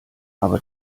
aber